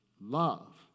love